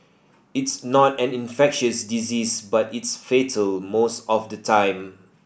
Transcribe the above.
it's not an infectious disease but it's fatal most of the time